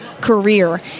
career